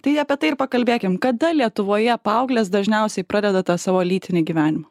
tai apie tai ir pakalbėkim kada lietuvoje paauglės dažniausiai pradeda tą savo lytinį gyvenimą